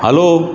hello